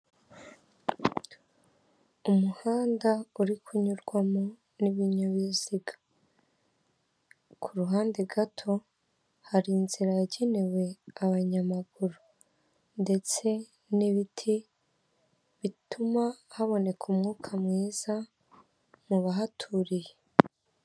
Umuhanda uri kunyurwamo n'ibinyabiziga. Ku ruhande gato, hari inzira yagenewe abanyamaguru. Ndetse n'ibiti bituma haboneka umwuka mwiza mu bahaturiye.